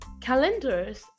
calendars